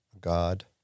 God